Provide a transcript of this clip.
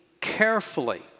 carefully